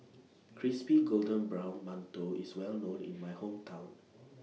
Crispy Golden Brown mantou IS Well known in My Hometown